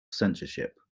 censorship